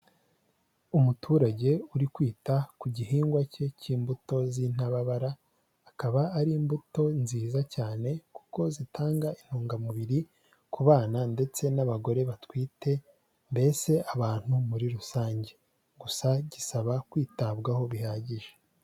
Umuturage uri kwita ku gihingwa cye cy'imbuto z'intababara, akaba ari imbuto nziza cyane kuko zitanga intungamubiri ku bana ndetse n'abagore batwite mbese abantu muri rusange, gusa gisaba kwitabwaho bihagije.